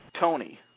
Tony